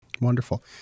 Wonderful